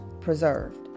preserved